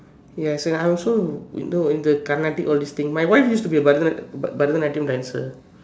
yes and I also in the in the Carnatic my wife used to be a Bharata~ Bharatanatyam dancer